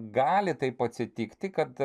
gali taip atsitikti kad